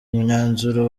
imyanzuro